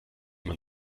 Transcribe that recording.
man